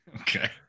Okay